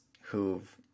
who've